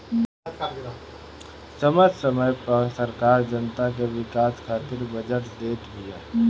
समय समय पअ सरकार जनता के विकास खातिर बजट देत बिया